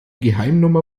geheimnummer